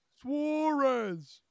Suarez